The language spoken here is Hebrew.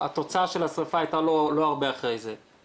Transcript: היו תלונות נגד ראש העיר?